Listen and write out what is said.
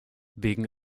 wegen